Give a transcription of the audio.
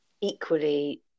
equally